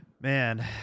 Man